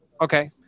okay